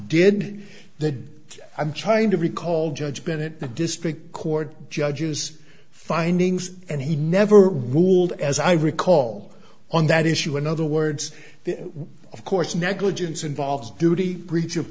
did that i'm trying to recall judge bennett the district court judge's findings and he never ruled as i recall on that issue in other words of course negligence involves duty breach of